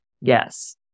Yes